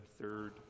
Third